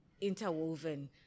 interwoven